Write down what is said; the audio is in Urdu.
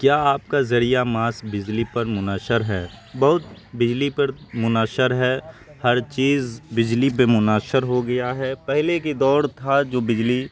کیا آپ کا ذریعہ معاش بجلی پر منحصر ہے بہت بجلی پر بہت منحصر ہے ہر چیز بجلی پہ منحصر ہو گیا ہے پہلے کے دور تھا جو بجلی